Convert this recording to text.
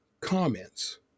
comments